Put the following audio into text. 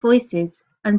voicesand